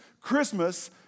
Christmas